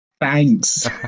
Thanks